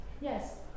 Yes